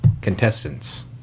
Contestants